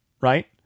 right